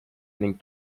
ning